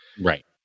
Right